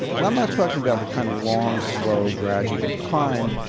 and i'm not talking about the kind of long slow, gradual decline